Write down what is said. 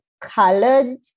colored